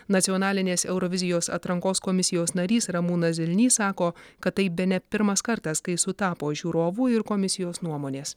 nacionalinės eurovizijos atrankos komisijos narys ramūnas zilnys sako kad tai bene pirmas kartas kai sutapo žiūrovų ir komisijos nuomonės